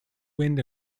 wind